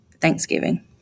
Thanksgiving